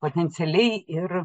potencialiai ir